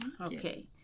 okay